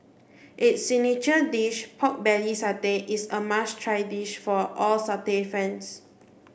its signature dish pork belly satay is a must try dish for all satay fans